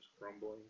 crumbling